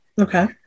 Okay